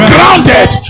Grounded